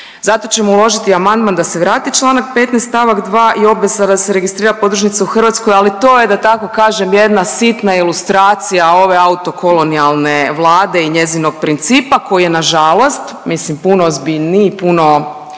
Zato ćemo uložiti amandman da se vrati čl. 15. st. 2. i obveza da se registrira podružnicu u Hrvatskoj, ali to je da tako kažem jedna sitna ilustracija ove autokolonijalne Vlade i njezinog principa koji je nažalost mislim puno ozbiljniji i puno